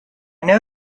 know